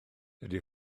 ydy